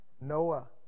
Noah